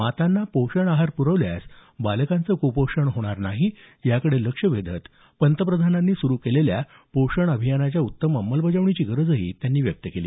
मातांना पोषण आहार पुरवल्यास बालकांचं क्पोषण होणार नाही याकडे लक्ष वेधत पंतप्रधानांनी सुरू केलेल्या पोषण अभियानाच्या उत्तम अंमलबजावणीची गरजही त्यांनी व्यक्त केली